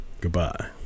Goodbye